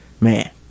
man